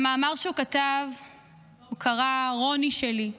למאמר שהוא כתב הוא קרא "רוני שלי"